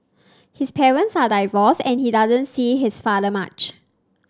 his parents are divorced and he doesn't see his father much